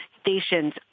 stations